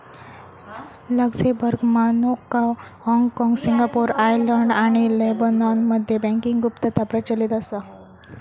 Luxembourg, Monaco, हाँगकाँग, Singapore, Ireland आणि लेबनॉनमध्ये बँकिंग गुप्तता प्रचलित असा